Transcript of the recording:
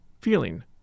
feeling